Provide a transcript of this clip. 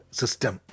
system